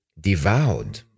devoured